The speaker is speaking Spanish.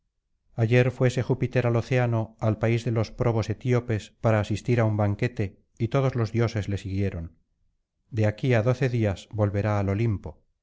ayer fuese júpiter al océano al país de los probos etíopes para asistir á un banquete y todos los dioses le siguieron de aquí á doce días volverá al olimpo